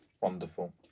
Wonderful